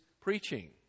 preaching